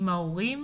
עם ההורים